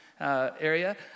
Area